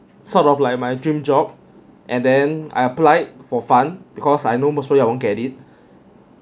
sort of like my dream job and then I applied for fun because I know most probably I won't get it